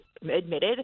admitted